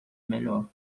melhor